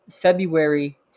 february